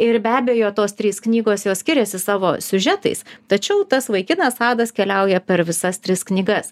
ir be abejo tos trys knygos jos skiriasi savo siužetais tačiau tas vaikinas adas keliauja per visas tris knygas